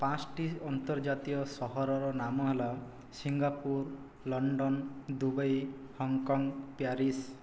ପାଞ୍ଚଟି ଅନ୍ତର୍ଜାତୀୟ ସହରର ନାମ ହେଲା Singapore London Dubai Hong Kong Paris